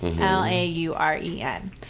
l-a-u-r-e-n